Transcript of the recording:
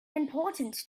important